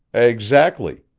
exactly.